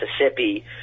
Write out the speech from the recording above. Mississippi